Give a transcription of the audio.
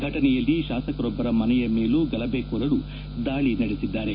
ಫಟನೆಯಲ್ಲಿ ಶಾಸಕರೊಬ್ಬರ ಮನೆಯ ಮೇಲೂ ಗಲಭೆಕೋರರು ದಾಳಿ ನಡೆಸಿದ್ದಾರೆ